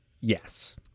Yes